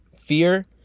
Fear